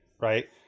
right